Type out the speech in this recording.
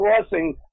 Crossing